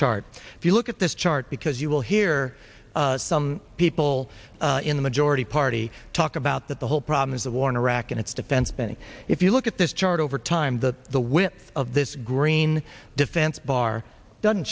chart if you look at this chart because you will hear some people in the majority party talk about that the whole problem is the war in iraq and its defense spending if you look at this chart over time that the will of this green defense bar doesn't